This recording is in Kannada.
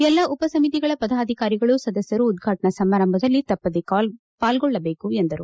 ಎಲ್ಲ ಉಪಸಮಿತಿಗಳ ಪದಾಧಿಕಾರಿಗಳು ಸದಸ್ಯರು ಉದ್ಘಾಟನಾ ಸಮಾರಂಭದಲ್ಲಿ ತಪ್ಪದೆ ಪಾಲ್ಗೊಳ್ಳಬೇಕು ಎಂದರು